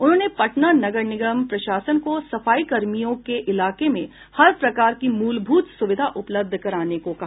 उन्होंने पटना नगर निगम प्रशासन को सफाई कर्मियों के इलाके में हर प्रकार की मूलभूत सुविधा उपलब्ध कराने को कहा